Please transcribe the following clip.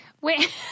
Wait